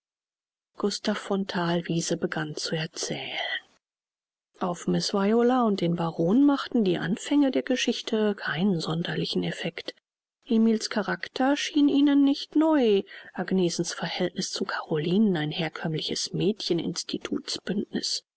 gustav von thalwiese begann zu erzählen auf miß viola und den baron machten die anfänge der geschichte keinen sonderlichen effect emil's character schien ihnen nicht neu agnesens verhältniß zu carolinen ein herkömmliches mädchen instituts bündniß